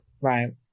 Right